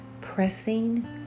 pressing